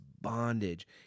bondage